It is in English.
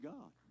God